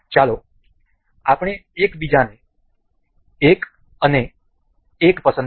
ચાલો આપણે એક બીજાને 1 અને 1 પસંદ કરીએ